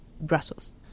Brussels